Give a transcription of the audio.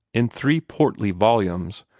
in three portly volumes,